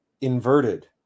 inverted